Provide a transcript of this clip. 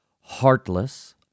heartless